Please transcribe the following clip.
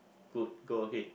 good go ahead